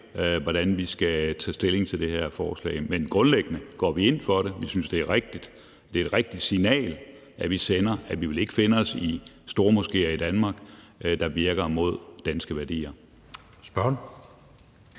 hvordan vi skal tage stilling til det her forslag. Men grundlæggende går vi ind for det. Vi synes, det er rigtigt. Det er et rigtigt signal, vi sender, at vi ikke vil finde os i stormoskéer, der virker mod danske værdier,